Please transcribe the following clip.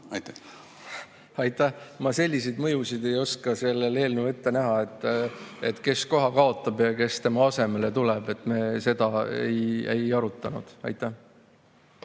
Aitäh! Ma selliseid mõjusid ei oska selle eelnõu puhul ette näha, kes koha kaotab ja kes asemele tuleb. Me seda ei arutanud. Aitäh!